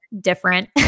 different